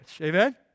Amen